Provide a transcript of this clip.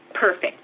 perfect